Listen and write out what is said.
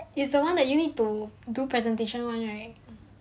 it's the one that you need to do presentation [one] right